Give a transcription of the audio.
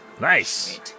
Nice